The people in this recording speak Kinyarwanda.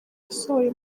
yasohoye